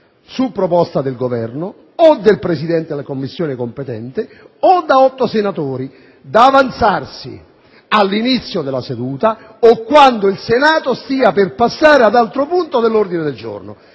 proposta del Governo o del Presidente della Commissione competente o da otto Senatori, da avanzarsi all'inizio della seduta o quando il Senato stia per passare ad altro punto dell'ordine del giorno.ۛ»